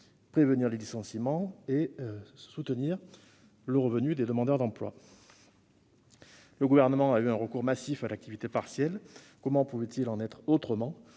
prévenir les licenciements et soutenir le revenu des demandeurs d'emploi. Le Gouvernement a eu un recours massif à l'activité partielle. Comment pouvait-il en être autrement